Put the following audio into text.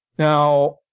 Now